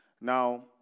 Now